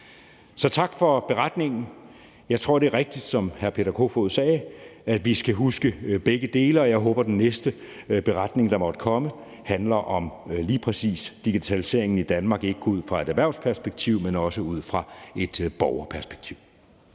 Så tak for redegørelsen. Jeg tror, det er rigtigt, som hr. Peter Kofod sagde, at vi skal huske begge dele, og jeg håber, at den næste redegørelse, der måtte komme, handler om lige præcis digitaliseringen i Danmark, ikke kun ud fra et erhvervsperspektiv, men også ud fra et borgerperspektiv.